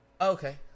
Okay